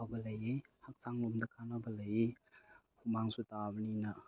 ꯑꯐꯕ ꯂꯩꯌꯦ ꯍꯛꯆꯥꯡ ꯂꯣꯝꯗ ꯀꯥꯟꯅꯕ ꯂꯩꯌꯦ ꯍꯨꯃꯥꯡꯁꯨ ꯇꯥꯕꯅꯤꯅ